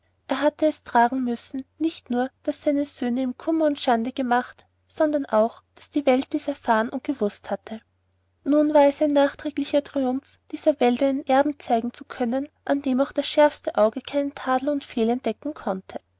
er hatte es tragen müssen nicht nur daß seine söhne ihm kummer und schande gemacht sondern auch daß die welt dies erfahren und gewußt hatte nun war es ein nachträglicher triumph dieser welt einen erben zeigen zu können an dem auch das schärfste auge keinen tadel oder fehl entdecken konnte